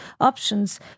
options